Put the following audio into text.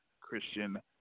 Christian